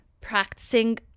practicing